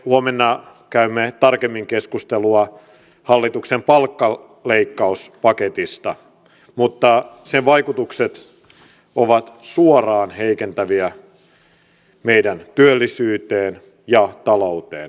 huomenna käymme tarkemmin keskustelua hallituksen palkkaleikkauspaketista mutta sen vaikutukset meidän työllisyyteen ja talouteen ovat suoraan heikentäviä